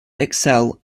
excel